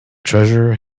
treasure